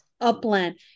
upland